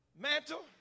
mantle